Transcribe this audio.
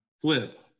flip